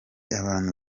abantu